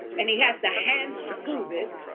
and he has the hand to prove it,